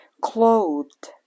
clothed